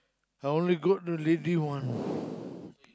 I only got the lady one